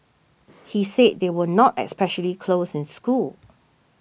he said they were not especially close in school